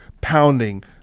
pounding